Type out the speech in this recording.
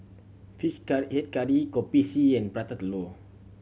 fish head curry Kopi C and Prata Telur